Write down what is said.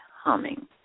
humming